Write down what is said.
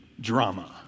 drama